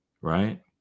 right